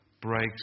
breaks